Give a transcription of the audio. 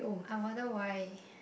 I wonder why